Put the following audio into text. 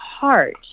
heart